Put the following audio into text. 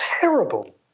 terrible